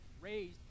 raised